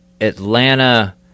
Atlanta